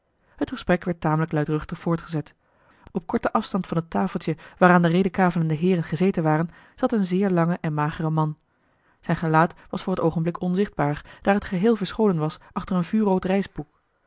het gesprek werd tamelijk luidruchtig voortgezet op korten afstand van het tafeltje waaraan de redekavelende heeren gezeten waren zat een zeer lange en magere man zijn gelaat was voor t oogenblik onzichtbaar daar het geheel verscholen was achter een vuurrood